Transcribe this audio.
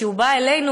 כשהוא בא אלינו,